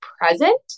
present